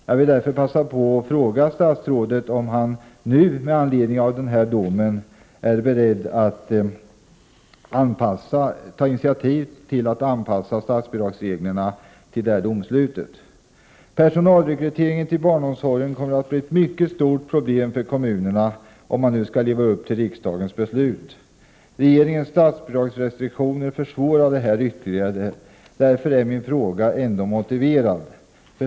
Jag vill därför passa på att fråga statsrådet om han med anledning av den domen är beredd att ta initiativ till att anpassa statsbidragsreglerna till domslutet. Personalrekryteringen till barnomsorgen kommer att bli ett mycket stort problem för kommunerna, om de skall leva upp till riksdagens beslut. Regeringens statsbidragsrestriktioner försvårar ytterligare för dem. Därför är min fråga motiverad.